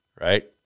right